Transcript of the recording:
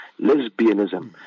lesbianism